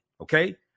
Okay